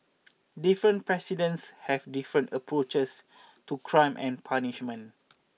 different presidents have different approaches to crime and punishment